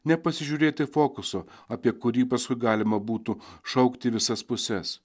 nepasižiūrėti fokuso apie kurį paskui galima būtų šaukti visas puses